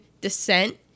descent